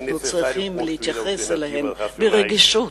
ואנו צריכים להתייחס אליהן ברגישות.